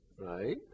Right